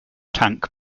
tank